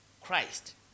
Christ